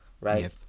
right